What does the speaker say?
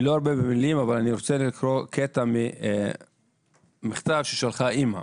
אני לא ארבה במילים אבל אני רוצה לקרוא קטע ממכתב ששלחה אימא.